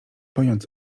pojąc